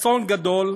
אסון גדול,